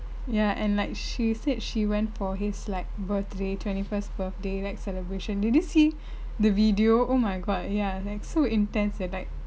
ya and like she said she went for his like birthday twenty first birthday like celebration did you see the video oh my god ya it's like so intense leh like